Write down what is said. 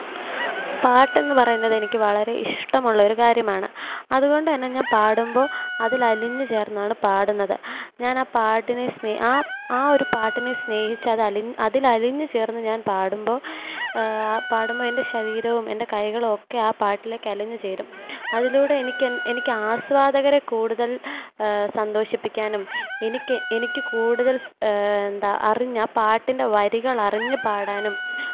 പാട്ടെന്നു പറയുന്നതെനിക്ക് വളരെ ഇഷ്ടമുള്ളൊരു കാര്യമാണ് അതു കൊണ്ടു തന്നെ ഞാന് പാടുമ്പോൾ അതിലലിഞ്ഞു ചേര്ന്നാണ് പാടുന്നത് ഞാനാ പാട്ടിനെ സ്നേ ആ ആ ഒരു പാട്ടിനെ സ്നേഹിച്ചതലിന് അതിലലിഞ്ഞു ചേര്ന്ന് ഞാന് പാടുമ്പോൾ പാടുമ്പോൾ എന്റെ ശരീരവും എന്റെ കൈകളും ഒക്കെ ആ പാട്ടിലേക്കലിഞ്ഞു ചേരും അതിലൂടെ എനിക്കെന് എനിക്കാസ്വാദകരെ കൂടുതൽ സന്തോഷിപ്പിക്കാനും എനിക്ക് എനിക്ക് കൂടുതല് എന്താ അറിഞ്ഞാൽ പാട്ടിന്റെ വരികളറിഞ്ഞു പാടാനും